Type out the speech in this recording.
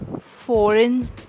foreign